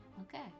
Okay